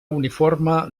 uniforme